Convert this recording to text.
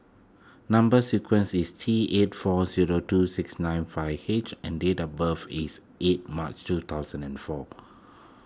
Number Sequence is T eight four zero two six nine five H and date of birth is eight March two thousand and four